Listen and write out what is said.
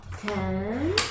Ten